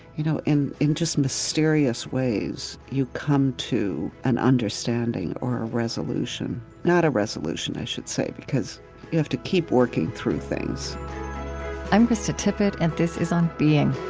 you know, and in just mysterious ways you come to an understanding or a resolution. not a resolution, i should say, because you have to keep working through things i'm krista tippett and this is on being